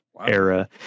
era